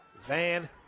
Van